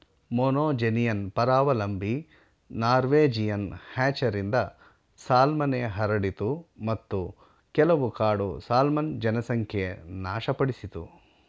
monogenean ಪರಾವಲಂಬಿ Norwegian ಹ್ಯಾಚರಿಂದ ಸಾಲ್ಮನ್ಗೆ ಹರಡಿತು ಮತ್ತು ಕೆಲವು ಕಾಡು ಸಾಲ್ಮನ್ ಜನಸಂಖ್ಯೆ ನಾಶಪಡಿಸಿತು